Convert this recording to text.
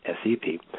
SEP